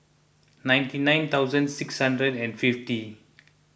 ninety nine thousand six hundred and fifty